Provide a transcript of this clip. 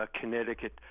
Connecticut